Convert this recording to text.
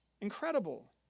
Incredible